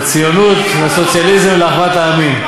לציונות, לסוציאליזם, לאחוות העמים.